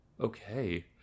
Okay